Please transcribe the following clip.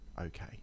okay